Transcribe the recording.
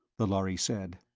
the lhari said.